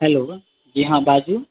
hello जी हँ बाजू